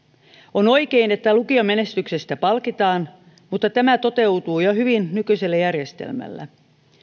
on oikein että lukiomenestyksestä palkitaan mutta tämä toteutuu jo hyvin nykyisellä järjestelmällä